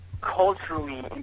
culturally